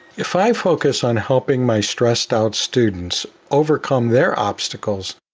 if i focus on helping my stressed out students overcome their obstacles,